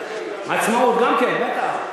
תנועת העצמאות, עצמאות גם כן, בטח.